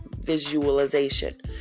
visualization